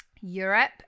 Europe